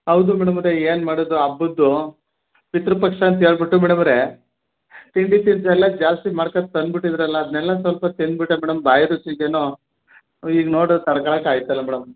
ಹೌದು ಮೇಡಮವ್ರೆ ಏನು ಮಾಡೋದು ಹಬ್ಬದ್ದು ಪಿತೃಪಕ್ಷ ಅಂತ ಹೇಳ್ಬಿಟ್ಟು ಮೇಡಮವ್ರೆ ತಿಂಡಿ ತಿನಿಸು ಎಲ್ಲ ಜಾಸ್ತಿ ಮಾಡ್ಕಂಡು ತಂದುಬಿಟ್ಟಿದ್ರಲ್ಲ ಅದನ್ನೆಲ್ಲ ಸ್ವಲ್ಪ ತಿಂದುಬಿಟ್ಟೆ ಮೇಡಮ್ ಬಾಯಿರುಚಿಗೇನೋ ಈಗ ನೋಡದ್ರೆ ತಡ್ಕಳಕಾಗ್ತಿಲ್ಲ ಮೇಡಮ್